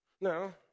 Now